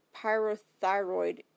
pyrothyroid